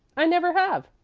i never have,